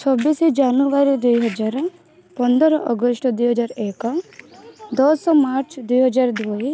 ଛବିଶି ଜାନୁୟାରୀ ଦୁଇ ହଜାର ପନ୍ଦର ଅଗଷ୍ଟ ଦୁଇ ହଜାର ଏକ ଦଶ ମାର୍ଚ୍ଚ ଦୁଇ ହଜାର ଦୁଇ